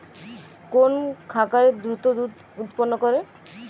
কোন খাকারে দ্রুত দুধ উৎপন্ন করে?